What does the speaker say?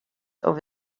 over